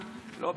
לא.